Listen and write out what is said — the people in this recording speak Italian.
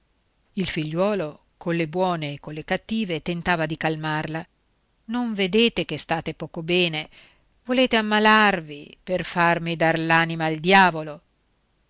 il figliuolo colle buone e colle cattive tentava di calmarla non vedete che state poco bene volete ammalarvi per farmi dar l'anima al diavolo